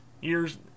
years